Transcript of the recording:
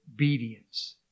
obedience